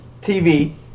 TV